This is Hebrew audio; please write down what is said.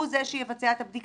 הוא זה שיבצע את הבדיקה.